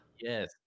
Yes